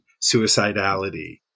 suicidality